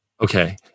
Okay